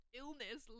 illness